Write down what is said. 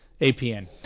APN